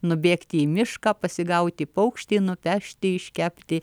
nubėgti į mišką pasigauti paukštį nupešti iškepti